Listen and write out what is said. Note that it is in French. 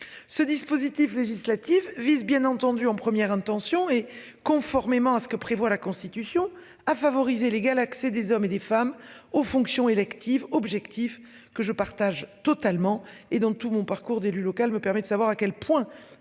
Ce dispositif législatif vise bien entendu en première intention et conformément à ce que prévoit la Constitution à favoriser l'égal accès des hommes et des femmes aux fonctions électives objectif que je partage totalement et dans tout mon parcours d'élu local me permet de savoir à quel point